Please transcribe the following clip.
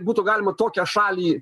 būtų galima tokią šalį